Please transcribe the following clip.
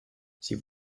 sie